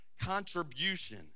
contribution